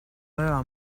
aveva